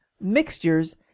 mixtures